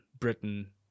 britain